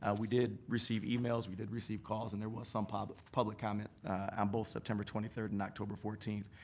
ah we did receive emails, we did receive calls, and there was some public public comment on um both september twenty third and october fourteenth.